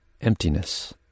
emptiness